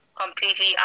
completely